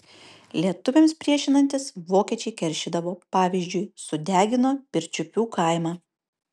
lietuviams priešinantis vokiečiai keršydavo pavyzdžiui sudegino pirčiupių kaimą